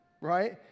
Right